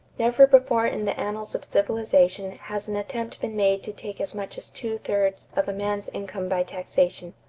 never before in the annals of civilization has an attempt been made to take as much as two-thirds of a man's income by taxation.